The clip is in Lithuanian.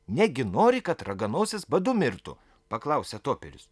negi nori kad raganosis badu mirtų paklausė toperis